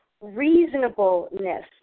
reasonableness